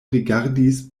rigardis